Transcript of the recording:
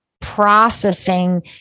processing